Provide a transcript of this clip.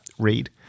read